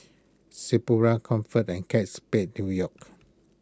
Sephora Comfort and Kate Spade New York